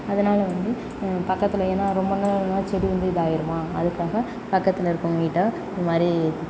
அதனாலே வந்து பக்கத்தில் ஏன்னால் ரொம்ப நாள் ஆனால் செடி வந்து இதாயிடுமா அதுக்காக பக்கத்தில் இருக்கிறவங்கக்கிட்ட இதுமாதிரி